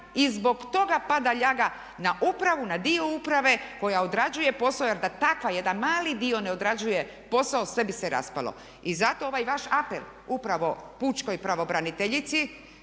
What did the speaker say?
i zbog toga pada ljaga na upravu, na dio uprave koja odrađuje posao jer da takav jedan mali dio ne odrađuje posao sve bi se raspalo. I zato ovaj vaš apel upravo pučkoj pravobraniteljici,